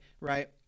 right